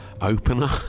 Opener